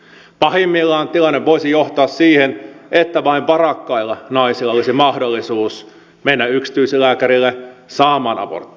pahimmillaan tilanne voisi johtaa siihen että vain varakkailla naisilla olisi mahdollisuus mennä yksityislääkärille saamaan abortti